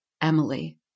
Emily